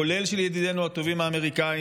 כולל של ידידינו הטובים האמריקנים,